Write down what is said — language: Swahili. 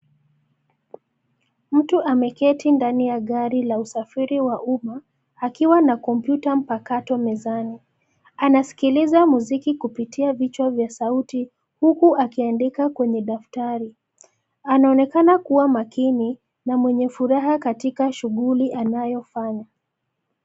Mtu ameketi ndani ya gari la usafiri wa umma, akiwa na kompyuta mpakato mezani. Anasikiliza muziki kupitia vichwa vya sauti, huku akiandika kwenye daftari. Anaonekana kuwa makini, na mwenye furaha katika shughuli anayofanya.